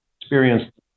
experienced